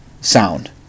sound